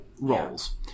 roles